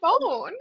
phone